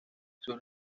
sus